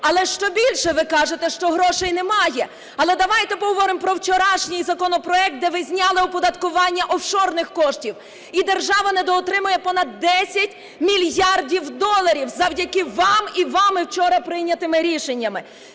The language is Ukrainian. Але, ще більше, ви кажете, що грошей немає. Але давайте поговоримо про вчорашній законопроект, де ви зняли оподаткування офшорних коштів - і держава недоотримає понад 10 мільярдів завдяки вам і вами вчора прийнятими рішеннями.